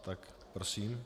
Tak prosím.